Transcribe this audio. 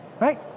Right